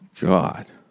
god